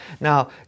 Now